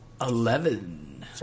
Eleven